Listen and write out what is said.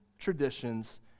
Traditions